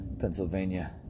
Pennsylvania